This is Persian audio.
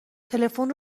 تلفن